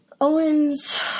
Owens